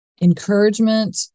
encouragement